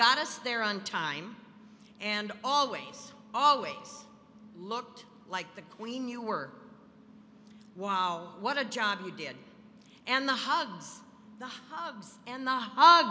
got us there on time and always always looked like the queen you were wow what a job you did and the hugs the hugs and